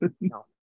No